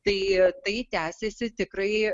tai tai tęsėsi tikrai